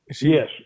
Yes